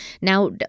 Now